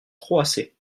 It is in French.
croasser